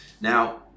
now